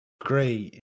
great